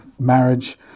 marriage